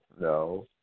No